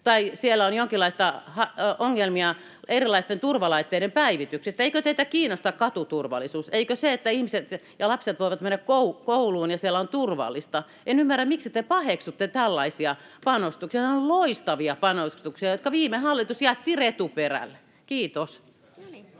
tai siellä on jonkinlaisia ongelmia erilaisten turvalaitteiden päivityksissä? Eikö teitä kiinnosta katuturvallisuus, eikö se, että ihmiset ja lapset voivat mennä kouluun ja siellä on turvallista? En ymmärrä, miksi te paheksutte tällaisia panostuksia. Nehän ovat loistavia panostuksia, jotka viime hallitus jätti retuperälle. — Kiitos.